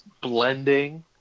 blending